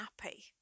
happy